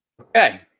Okay